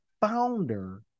founder